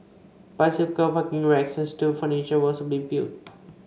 bicycle parking racks and street furniture will also be built